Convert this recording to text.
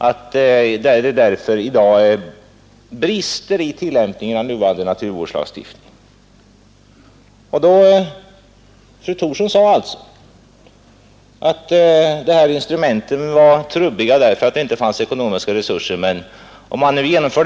Därför är det i dag, enligt fru Thorsson, brister i tillämpningen av nuvarande naturvårdslagstiftning. Fru Thorsson sade alltså att dessa instrument var trubbiga därför att det inte fanns ekonomiska resurser.